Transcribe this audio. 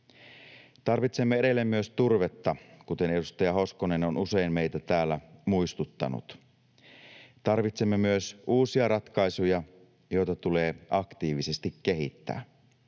Tarvitsemme edelleen myös turvetta, kuten edustaja Hoskonen on usein meitä täällä muistuttanut. Tarvitsemme myös uusia ratkaisuja, joita tulee aktiivisesti kehittää.